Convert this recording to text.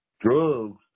drugs